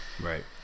right